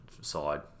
side